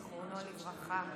זיכרונו לברכה,